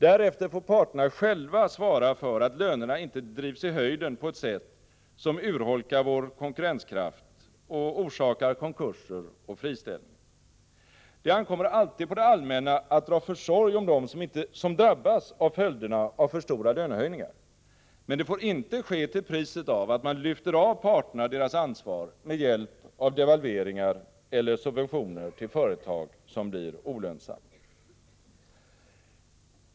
Därefter får parterna själva svara för att lönerna inte drivs i höjden på ett sätt som urholkar vår konkurrenskraft och orsakar konkurser och friställningar. Det ankommer alltid på det allmänna att dra försorg om dem som drabbas av följderna av för stora lönehöjningar, men det får inte ske till priset av att man lyfter av parterna deras ansvar med hjälp av devalveringar eller subventioner till företag som blir olönsamma.